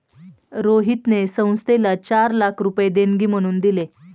रोहितने संस्थेला चार लाख रुपये देणगी म्हणून दिले